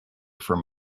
from